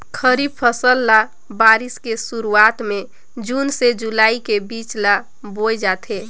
खरीफ फसल ल बारिश के शुरुआत में जून से जुलाई के बीच ल बोए जाथे